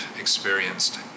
experienced